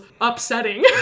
upsetting